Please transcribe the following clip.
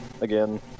Again